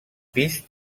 pis